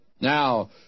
Now